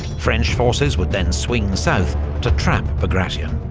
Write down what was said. french forces would then swing south to trap bagration.